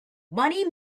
money